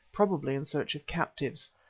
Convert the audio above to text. probably in search of captives.